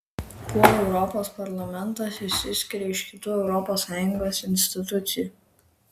kuo europos parlamentas išsiskiria iš kitų europos sąjungos institucijų